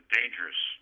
dangerous